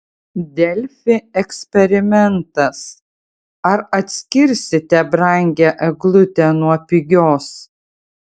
delfi eksperimentas ar atskirsite brangią eglutę nuo pigios